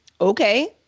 okay